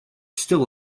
still